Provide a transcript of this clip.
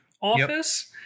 office